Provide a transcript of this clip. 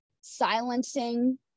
silencing